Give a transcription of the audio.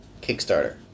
Kickstarter